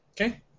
Okay